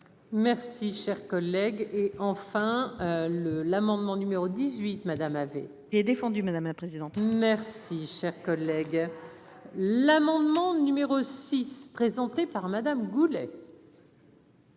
Merci, cher collègue, et enfin le l'amendement. Numéro 18 Madame avait, il est défendu, madame la présidente merci, cher collègue. L'amendement numéro 6 présentée par Madame Goulet.